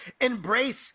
embrace